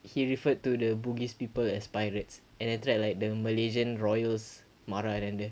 he referred to the bugis people as pirates and then after that like the malaysian royals marah dengan dia